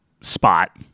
spot